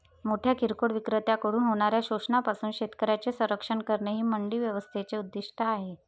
मोठ्या किरकोळ विक्रेत्यांकडून होणाऱ्या शोषणापासून शेतकऱ्यांचे संरक्षण करणे हे मंडी व्यवस्थेचे उद्दिष्ट आहे